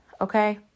Okay